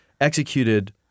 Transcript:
Executed